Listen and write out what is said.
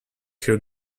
here